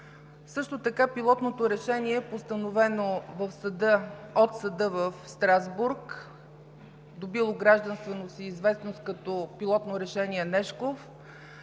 Също така пилотното решение е постановено от Съда в Страсбург, добило гражданственост и известност като „пилотно решение Нешков“.